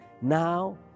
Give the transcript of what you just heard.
Now